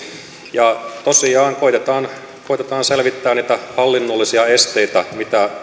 ja tosiaan koetetaan selvittää niitä hallinnollisia esteitä mitä